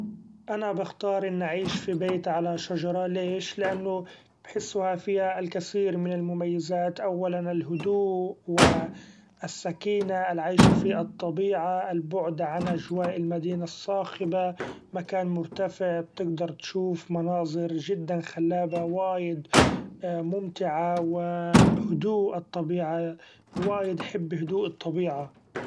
أنا بختار اني أعيش في بيت علي شجرة ليش ؛ لأنو بحسها فيها الكثير من المميزات أولا الهدوء و السكينة ، العيش في الطبيعة البعد عن أجواء المدينة الصاخبة مكان مرتفع بتقدر تشوف مناظر جدا خلابة وايد ممتعه ، و هدوء الطبيعة وايد حب هدوء الطبيعة.